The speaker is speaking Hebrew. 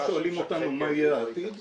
אם שואלים אותנו מה יהיה העתיד -- בתקווה שמשככי